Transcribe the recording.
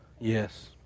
yes